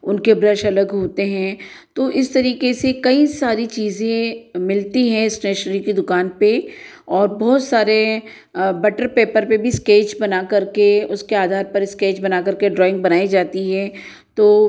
उनके ब्रश अलग होते हैं तो इस तरीके से कईं सारी चीज़ें मिलती हैं इस्टेशनरी की दुकान पर और बहुत सारे बटर पेपर पर भी इस्केच बनाकर के उसके आधार पर इस्केच बनाकर के ड्रॉइंग बनाई जाती है तो